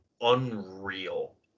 unreal